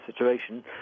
situation